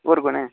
होर कौन ऐ